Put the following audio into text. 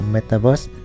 Metaverse